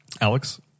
Alex